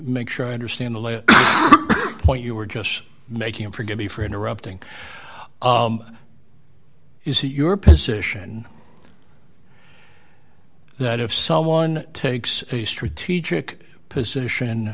make sure i understand the point you were just making and forgive me for interrupting is it your position that if someone takes the strategic position